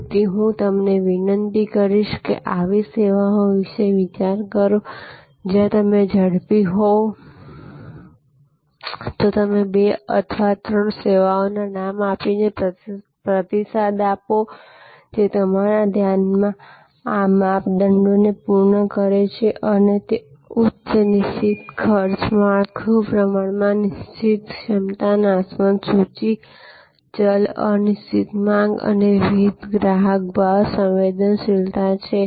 તેથી હું તમને વિનંતી કરીશ કે આવી સેવાઓ વિશે વિચાર કરો અને જો તમે ઝડપી હોવ તો બે અથવા ત્રણ સેવાઓના નામ આપીને પ્રતિસાદ આપો જે તમારા ધ્યાનમાં આ માપદંડોને પૂર્ણ કરે છેતે ઉચ્ચ નિશ્ચિત ખર્ચ માળખું પ્રમાણમાં નિશ્ચિત ક્ષમતા નાશવંત સૂચિ ચલ અનિશ્ચિત માંગ અને વિવિધ ગ્રાહક ભાવ સંવેદનશીલતા છે